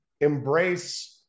embrace